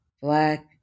Black